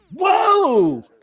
whoa